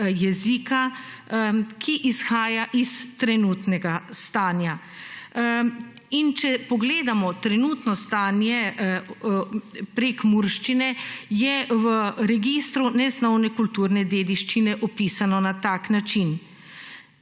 jezika, ki izhaja iz trenutnega stanja. In če pogledamo trenutno stanje prekmurščine, je v registru nesnovne kulturne dediščine opisano na tak način,